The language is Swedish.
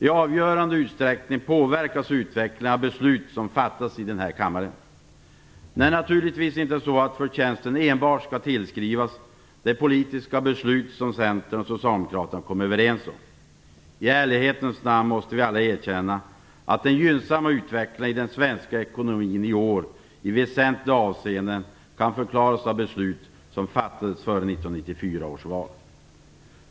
I avgörande utsträckning påverkas utvecklingen av beslut som fattats i den här kammaren. Förtjänsten skall naturligtvis inte enbart tillskrivas de politiska beslut som Centern och Socialdemokraterna kommit överens om. I ärlighetens namn måste vi erkänna att den gynnsamma utvecklingen i den svenska ekonomin i år i väsentliga avseenden kan förklaras av beslut som fattades före 1994 års val.